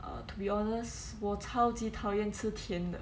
uh to be honest 我超级讨厌吃甜的